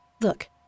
Look